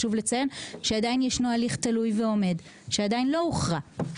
שעדיין ישנו הליך תלוי ועומד שעדיין לא הוכרע.